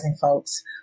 folks